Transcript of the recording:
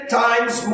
times